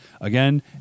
Again